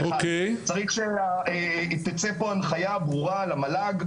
זה אחד: צריך שתצא פה הנחייה ברורה למל"ג,